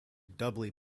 doubly